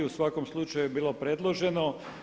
U svakom slučaju je bilo predloženo.